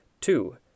Two